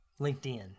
LinkedIn